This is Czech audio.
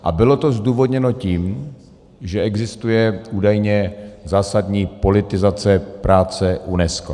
A bylo to zdůvodněno tím, že existuje údajně zásadní politizace práce UNESCO.